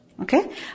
Okay